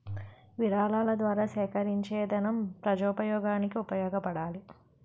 విరాళాల ద్వారా సేకరించేదనం ప్రజోపయోగానికి ఉపయోగపడాలి